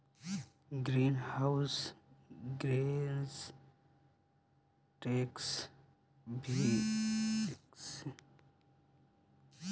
green house gas tax भी descriptive level के tax के अंतर्गत आवेला